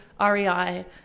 REI